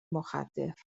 مخدر